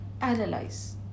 analyze